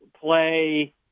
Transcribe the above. play